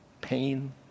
pain